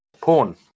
Porn